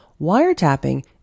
wiretapping